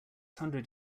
hundred